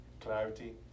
clarity